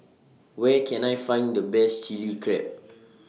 Where Can I Find The Best Chili Crab